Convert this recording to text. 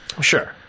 Sure